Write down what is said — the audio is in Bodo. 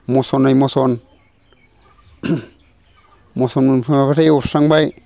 मसनै मसन मसन मोनफैबाथाय एवस्रांबाय